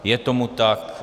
Je tomu tak.